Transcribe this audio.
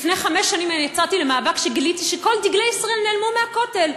לפני חמש שנים יצאתי למאבק כשגיליתי שכל דגלי ישראל נעלמו מהכותל.